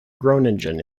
groningen